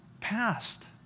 past